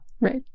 Right